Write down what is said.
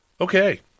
Okay